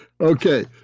Okay